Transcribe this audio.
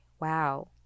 wow